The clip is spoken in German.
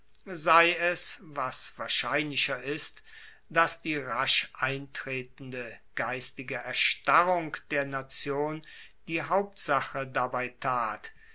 sei es was wahrscheinlicher ist dass die rasch eintretende geistige erstarrung der nation die hauptsache dabei tat